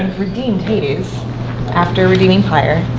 and redeemed hades after redeeming pyre.